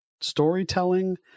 storytelling